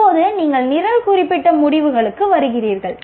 இப்போது நீங்கள் நிரல் குறிப்பிட்ட முடிவுகளுக்கு வருகிறீர்கள்